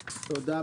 תודה.